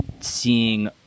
seeing